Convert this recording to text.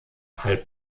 halb